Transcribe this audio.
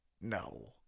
no